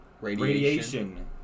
Radiation